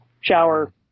shower